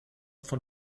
von